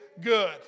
good